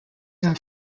have